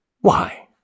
Why